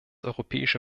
europäische